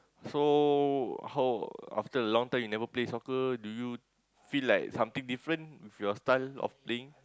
so how after long time you never play soccer do you feel like something different with your style of playing